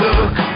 Look